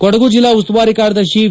ಕೊಡಗು ಜಿಲ್ಲಾ ಉಸ್ತುವಾರಿ ಕಾರ್ಯದರ್ಶಿ ವಿ